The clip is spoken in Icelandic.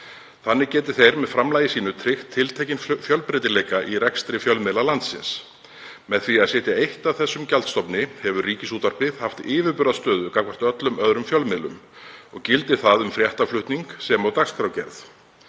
Þannig geti þeir með framlagi sínu tryggt tiltekinn fjölbreytileika í rekstri fjölmiðla landsins. Með því að sitja eitt að þessum gjaldstofni hefur Ríkisútvarpið haft yfirburðastöðu gagnvart öllum öðrum fjölmiðlum, og gildir það um fréttaflutning sem dagskrárgerð.